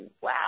wow